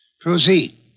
Proceed